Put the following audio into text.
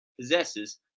possesses